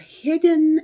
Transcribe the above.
hidden